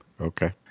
okay